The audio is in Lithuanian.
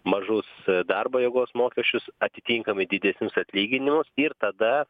mažus darbo jėgos mokesčius atitinkamai didesnius atlyginimus ir tada